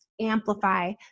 amplify